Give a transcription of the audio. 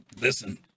listen